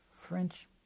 French